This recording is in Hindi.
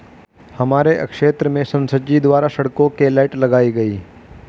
हमारे क्षेत्र में संसद जी द्वारा सड़कों के लाइट लगाई गई